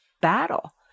battle